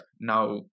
now